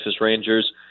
Rangers